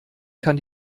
kann